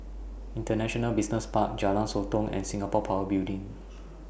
International Business Park Jalan Sotong and Singapore Power Building